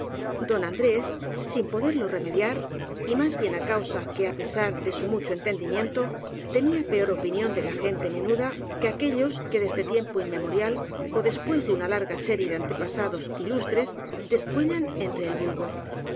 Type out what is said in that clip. don andrés sin poderlo íernediar y más bien á causa que á pesar de su mucho entendimiento tenía peor opinión de la gente me nuda que aquellos que desde tiempo inmemorial ó después de una larga serie de antepasados ílustres descuellan entre el vulgo